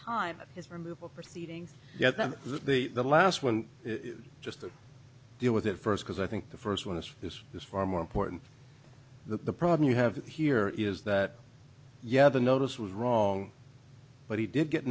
of his removal proceedings get them that the last one just to deal with it first because i think the first one is this is far more important that the problem you have here is that yeah the notice was wrong but he did get